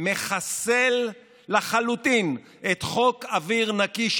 מחסל לחלוטין את חוק אוויר נקי,